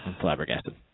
flabbergasted